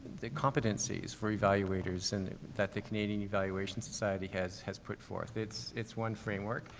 the competencies for evaluators and that the canadian evaluation society has, has put forth. it's, it's one framework.